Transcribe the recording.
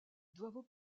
doivent